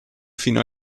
fino